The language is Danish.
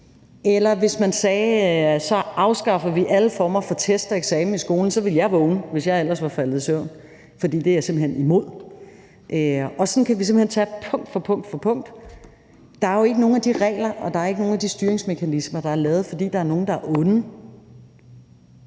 Eller hvis man sagde, at så afskaffer vi alle former for test og eksamen i skolen, ville jeg vågne, hvis jeg ellers var faldet i søvn, for det er jeg simpelt hen imod. Sådan kan vi simpelt hen tage det punkt for punkt. Der er jo ikke nogen af de regler, og der er jo ikke nogen af de styringsmekanismer, der er lavet, fordi der er nogle, der er onde.